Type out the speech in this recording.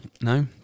No